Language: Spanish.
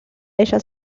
ella